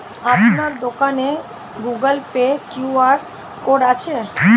আপনার দোকানে Google Pay QR code আছে?